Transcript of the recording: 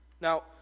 Now